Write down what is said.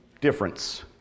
difference